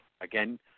Again